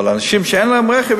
אבל אנשים שאין להם רכב,